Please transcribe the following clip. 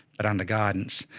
but under guidance